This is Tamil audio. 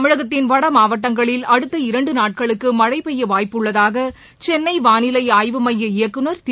தமிழகத்தின் வடமாவட்டங்களில் அடுக்க இரண்டுநாட்களுக்குமழைபெய்யவாய்ப்பு உள்ளதாகசென்னைவாளிலைஆய்வுமைய இயக்குநர் திரு